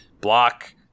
block